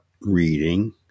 reading